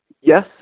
Yes